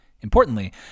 Importantly